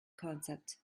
concept